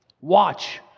Watch